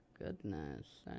goodness